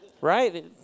right